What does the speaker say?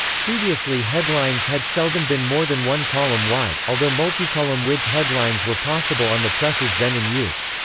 previously headlines had seldom been more than one column wide, although multicolumn-width headlines were possible on the presses then in use.